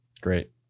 Great